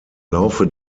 laufe